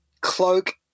Cloak